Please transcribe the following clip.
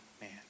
man